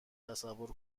تصور